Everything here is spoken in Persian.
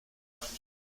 کنید